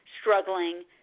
struggling